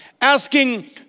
Asking